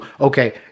okay